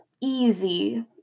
easy